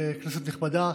כנסת נכבדה,